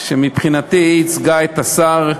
שמבחינתי היא ייצגה את השר,